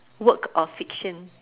work of fiction